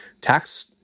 tax